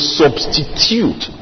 substitute